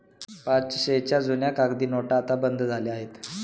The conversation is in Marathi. पाचशेच्या जुन्या कागदी नोटा आता बंद झाल्या आहेत